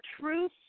truth